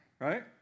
right